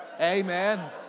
Amen